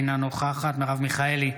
אינה נוכחת מרב מיכאלי,